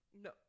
No